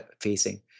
facing